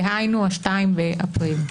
דהיינו ב-2 באפריל.